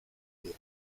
días